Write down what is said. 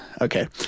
Okay